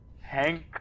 Hank